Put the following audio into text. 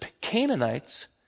Canaanites